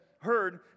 heard